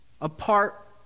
apart